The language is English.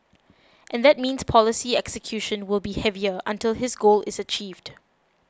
and that means policy execution will be heavier until his goal is achieved